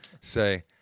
say